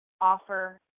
offer